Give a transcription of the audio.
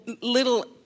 little